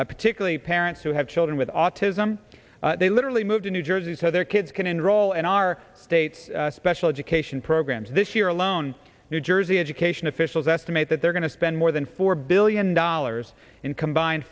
jersey particularly parents who have children with autism they literally move to new jersey so their kids can enroll in our state's special education programs this year alone new jersey education officials estimate that they're going to spend more than four billion dollars in combined